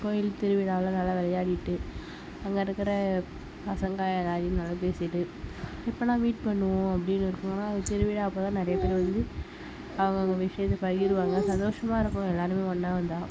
கோயில் திருவிழாவில் நல்லா விளையாடிட்டு அங்கே இருக்கிற பசங்க எல்லாரையும் நல்லா பேசிட்டு எப்போடா மீட் பண்ணுவோம் அப்படீனு இருக்குங்களா அது திருவிழா அப்போதான் நிறைய பேரு வந்து அவங்க அவங்க விஷயத்த பகிருவாங்க சந்தோஷமாக இருக்கும் எல்லாருமே ஒன்றா வந்தால்